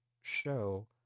Show